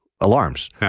alarms